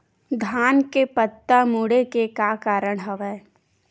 धान के पत्ता मुड़े के का कारण हवय?